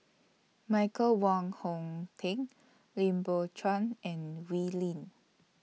Michael Wong Hong Teng Lim Biow Chuan and Wee Lin